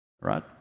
right